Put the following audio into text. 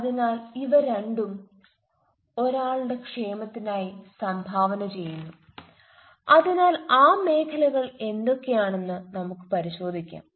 അതിനാൽ ഇവ രണ്ടും ഒരാളുടെ ക്ഷേമത്തിനായി സംഭാവന ചെയ്യുന്നു അതിനാൽ ആ മേഖലകൾ എന്തൊക്കെയാണെന്ന് നമുക്ക് പരിശോധിക്കാം